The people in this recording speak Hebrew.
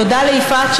תודה ליפעת,